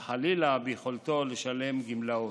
וחלילה, ביכולתו לשלם גמלאות.